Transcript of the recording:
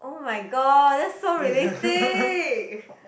[oh]-my-god that's so realistic